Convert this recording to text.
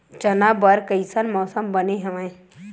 चना बर कइसन मौसम बने हवय?